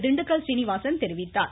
திண்டுக்கல் ஸ்ரீனிவாசன் தெரிவித்தார்